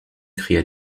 cria